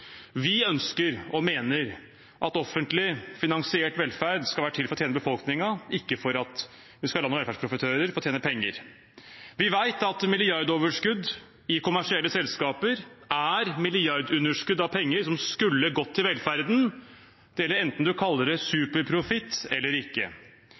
Vi ønsker og mener at offentlig finansiert velferd skal være til for å tjene befolkningen, ikke for at vi skal la noen velferdsprofitører få tjene penger. Vi vet at milliardoverskudd i kommersielle selskaper er milliardunderskudd av penger som skulle gått til velferden. Det gjelder enten en kaller det